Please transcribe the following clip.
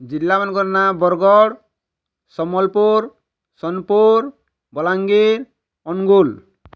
ଜିଲ୍ଲା ମାନଙ୍କର ନାଁ ବରଗଡ଼୍ ସମଲପୁର୍ ସୋନପୁର୍ ବଲାଙ୍ଗୀର୍ ଅନୁଗୁଲ୍